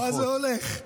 קרעי, מה זה הולך?